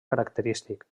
característic